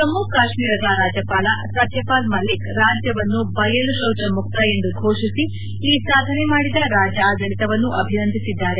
ಜಮ್ಮ ಕಾಶ್ಮೀರದ ರಾಜ್ಯಪಾಲ ಸತ್ಯಪಾಲ್ ಮಲಿಕ್ ರಾಜ್ಯವನ್ನು ಬಯಲು ಶೌಚ ಮುಕ್ತ ಎಂದು ಘೋಷಿಸಿ ಈ ಸಾಧನೆ ಮಾಡಿದ ರಾಜ್ಯ ಆಡಳಿತವನ್ನು ಅಭಿನಂದಿಸಿದ್ದಾರೆ